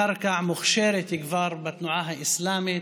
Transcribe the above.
הקרקע כבר מוכשרת בתנועה האסלאמית,